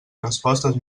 respostes